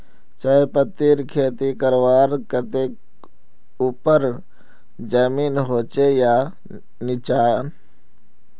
चाय पत्तीर खेती करवार केते ऊपर जमीन होचे या निचान?